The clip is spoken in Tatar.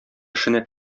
эшенә